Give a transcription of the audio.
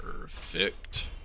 Perfect